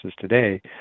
today